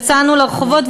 יצאנו לרחובות,